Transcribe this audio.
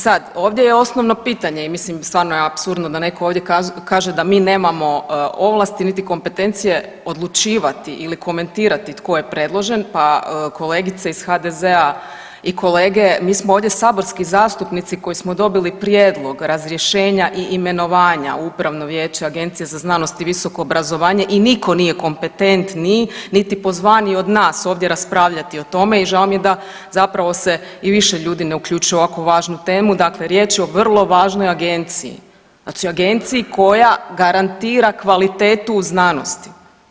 E sad, ovdje je osnovno pitanje i mislim stvarno je apsurdno da netko ovdje kaže da mi nemamo ovlasti niti kompetencije odlučivati ili komentirati tko je predložen pa kolegice iz HDZ-a i kolege mi smo ovdje saborski zastupnici koji smo dobili prijedlog razrješenja i imenovanja u Upravno vijeće Agencije za znanost i visoko obrazovanje i nitko nije kompetentniji niti pozvaniji od nas ovdje raspravljati o tome i žao mi je da zapravo se i više ljudi ne uključuje u ovako važnu temu, dakle riječ je o vrlo važnoj agenciji, znači agenciji koja garantira kvalitetu u znanosti.